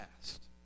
past